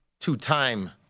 Two-time